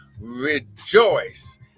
rejoice